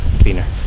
cleaner